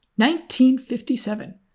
1957